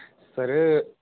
sir